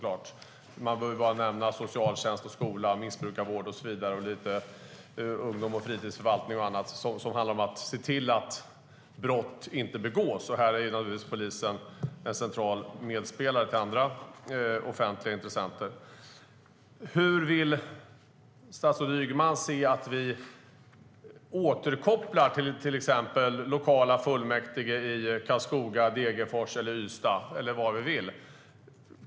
Jag behöver bara nämna socialtjänst, skola, missbrukarvård och lite ungdoms och fritidsförvaltning och annat som handlar om att se till att brott inte begås. Här är polisen naturligtvis en central medspelare till andra offentliga intressenter. Hur vill statsrådet Ygeman att det återkopplas till exempelvis lokala fullmäktige i Karlskoga, Degerfors, Ystad eller var vi vill?